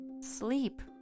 Sleep